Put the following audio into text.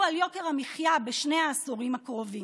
ולעבוד בשביל אזרחי ישראל.